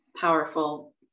powerful